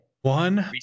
One